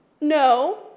no